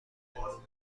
لومبرادو